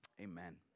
Amen